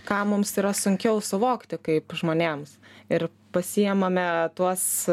ką mums yra sunkiau suvokti kaip žmonėms ir pasiimame tuos